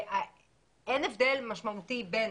אין הבדל משמעותי בין